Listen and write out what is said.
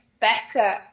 better